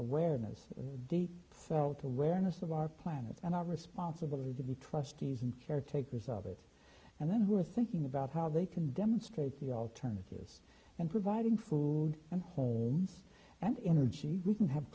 awareness deep felt awareness of our planet and our responsibility to be trustees and caretakers of it and then who are thinking about how they can demonstrate the alternatives and providing food and homes and inner g e we can have